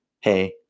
hey